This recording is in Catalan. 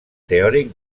teòric